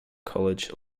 college